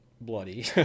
bloody